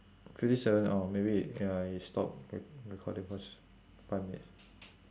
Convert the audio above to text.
fifty seven orh maybe ya it stop re~ recording s~ for five minutes